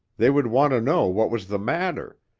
they would want to know what was the matter,